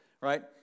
right